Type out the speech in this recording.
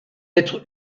être